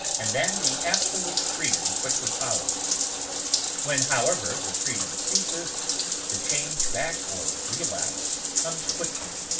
and then the absolute freedom quickly follows when, however, the freedom ceases the change-back or relapse comes quickly,